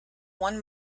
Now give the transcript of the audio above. one